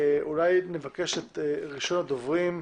אולי נבקש את ראשון הדוברים,